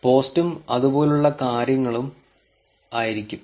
പോസ്റ്റും അതുപോലുള്ള കാര്യങ്ങളും ആയിരിക്കും